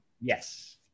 Yes